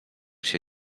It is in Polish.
się